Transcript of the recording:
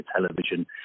television